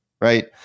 right